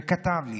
והוא כתב לי: